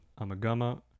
Amagama